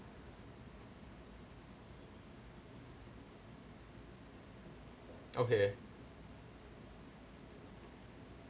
okay